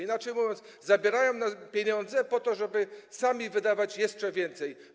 Inaczej mówiąc, zabierają pieniądze po to, żeby wydawać jeszcze więcej.